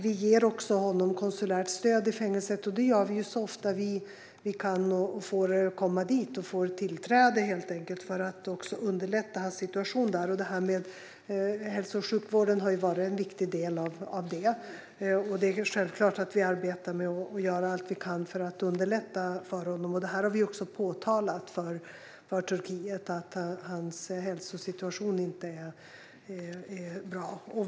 Vi ger även konsulärt stöd till Ali Gharavi i fängelset, så ofta vi kan och så ofta som vi får tillträde, för att underlätta hans situation där. De frågor som rör hälso och sjukvård har varit en viktig del av detta. Självklart gör vi allt vi kan för att underlätta för Ali Gharavi, och vi har påtalat för Turkiet att hans hälsosituation inte är bra.